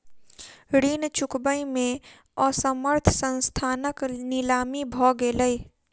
ऋण चुकबै में असमर्थ संस्थानक नीलामी भ गेलै